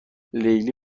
لیلی